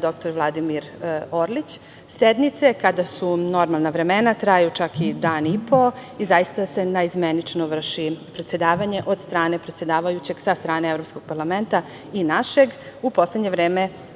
dr Vladimir Orlić. Sednice, kada su normalna vremena, traju čak i dan i po i zaista se naizmenično vrši predsedavanje od strane predsedavajućeg sa strane Evropskog parlamenta i našeg.U poslednje vreme,